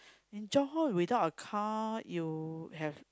in Johor without a car you have